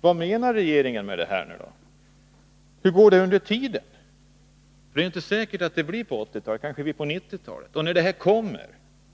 Vad menar regeringen med detta? Hur går det under tiden? Det är ju inte säkert att det blir någon arbetstidsförkortning på 80-talet. Det kanske blir på 1990-talet.